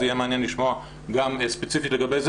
יהיה מעניין לשמוע ספציפית גם לגבי זה